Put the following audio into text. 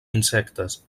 insectes